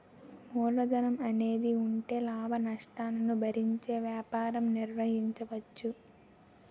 మూలధనం అనేది ఉంటే లాభనష్టాలను భరించే వ్యాపారం నిర్వహించవచ్చు